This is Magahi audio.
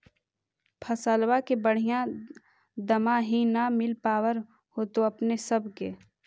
फसलबा के बढ़िया दमाहि न मिल पाबर होतो अपने सब के?